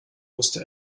musste